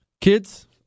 Kids